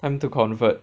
time to convert